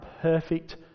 perfect